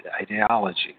ideology